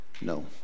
No